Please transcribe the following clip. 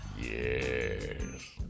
yes